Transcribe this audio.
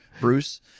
bruce